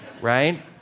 right